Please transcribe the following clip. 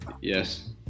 Yes